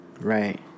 Right